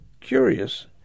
curious